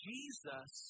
Jesus